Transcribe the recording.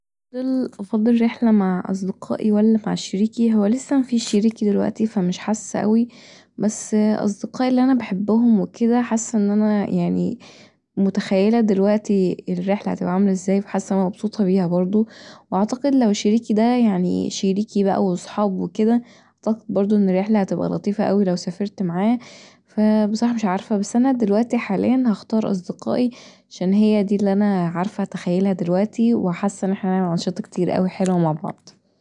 أفضل رحله مع أصدقائي ولا مع شريكي هو لسه مفيش شريك دلوقتي فمش حاسه اوي بس اصدقائي اللي انا بحبهم وكدا حاسه ان انا يعني متخيله دلوقتي الرحله هتبقي عامله ازاي فحاسه ان انا مبسوطه بيها برضو واعتقد لو شريكي دا يعني شريكي بقي وصحاب وكدا برضو الرحله هتبقي لطيفه اوي لو سافرت معاه فبصراحه مش عارفه بس انا دلوقتي حاليا هختار اصدقائي عشان هي دي اللي انا عارفه اتخيلها دلوقتي وحاسه ان احنا هنعمل انشطه كتير حلوة مع بعض